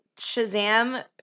Shazam